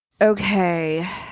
Okay